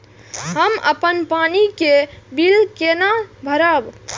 हम अपन पानी के बिल केना भरब?